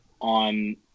on